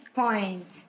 point